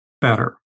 better